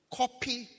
copy